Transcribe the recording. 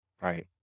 Right